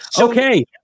Okay